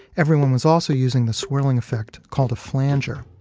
everyone was also using the swirling effect, called a flanger.